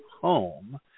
Home